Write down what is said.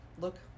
look